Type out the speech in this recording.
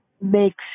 makes